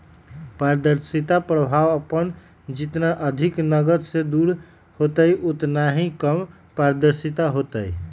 पारदर्शिता प्रभाव अपन जितना अधिक नकद से दूर होतय उतना ही कम पारदर्शी होतय